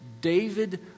David